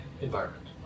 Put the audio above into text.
environment